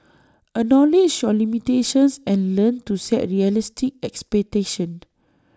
acknowledge your limitations and learn to set realistic expectations